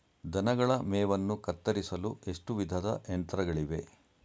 ದನಗಳ ಮೇವನ್ನು ಕತ್ತರಿಸಲು ಎಷ್ಟು ವಿಧದ ಯಂತ್ರಗಳಿವೆ?